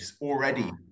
already